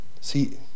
See